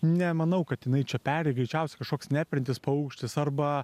nemanau kad jinai čia peri greičiausiai kažkoks neperintis paukštis arba